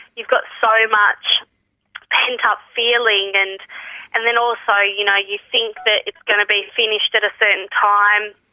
you've got so much pent-up feeling and and then also you know, you think that it's going to be finished at a certain time.